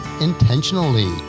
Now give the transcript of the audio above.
intentionally